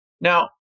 Now